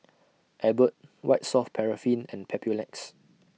Abbott White Soft Paraffin and Papulex